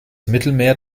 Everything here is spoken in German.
mittelmeer